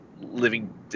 living